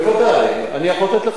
אני יכול לתת לך עשרות מקרים,